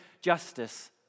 justice